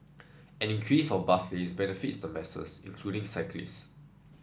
an increase of bus lanes benefits the masses including cyclist